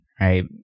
right